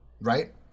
right